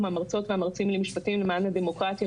המרצות והמרצים למשפטים למען הדמוקרטיה,